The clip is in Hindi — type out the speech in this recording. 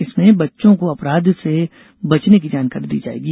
इसमें बच्चों को अपराध से बचने की जानकारी दी जायेगी